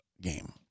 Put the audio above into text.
game